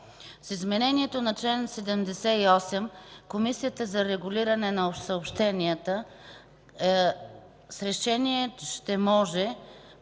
С изменението на чл. 78 Комисията за регулиране на съобщенията с решение ще може,